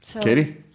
Katie